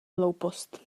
hloupost